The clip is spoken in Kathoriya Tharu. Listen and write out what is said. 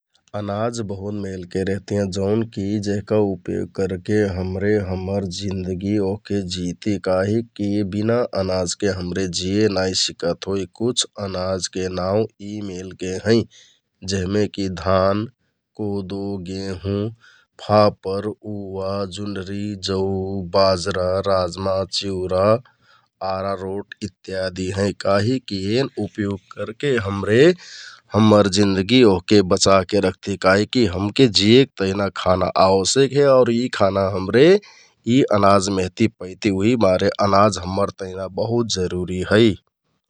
अनाज बहुत मेलके रहतियाँ जौनकि जेहका उपयोग करके हमरे हम्मर जिन्दगि ओहके जिति काहिकि यि बिना अनाजके हमरे जिये नाइ सकत होइ । कुछ अनाजके नाउ यि मेलके हैं जेहमेकि धान, कोदो, गेंहुँ, फापर, उवा, जिन्हरि, जौ, बाजरा, राजमा, चिउरा, आरारोट इत्यादि हैं । काहिककि एन उपयोग करके हमरे हम्मर जिन्दगि ओहके बचाके रखति । काहिकि कि हमके जियेक तहना खाना आवश्यक हे । यि खाना हमरे यि अनाज मेहति पैति उहिमारे अनाज हम्मर तहनि बहुत जरुरि हे ।